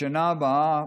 בשנה הבאה,